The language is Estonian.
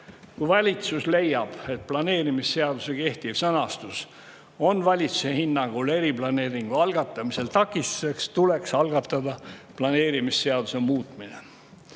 Kui valitsus leiab, et planeerimisseaduse kehtiv sõnastus on eriplaneeringu algatamisel takistuseks, tuleks algatada planeerimisseaduse muutmine.